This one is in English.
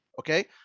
okay